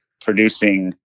producing